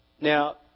Now